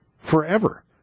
forever